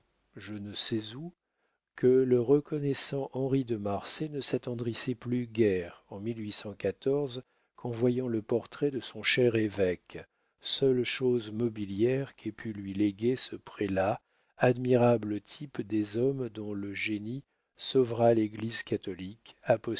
je ne sais où que le reconnaissant henri de marsay ne s'attendrissait plus guère en quen voyant le portrait de son cher évêque seule chose mobilière qu'ait pu lui léguer ce prélat admirable type des hommes dont le génie sauvera l'église catholique